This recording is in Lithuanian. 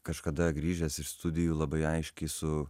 kažkada grįžęs iš studijų labai aiškiai su